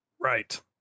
Right